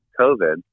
COVID